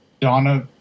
Donna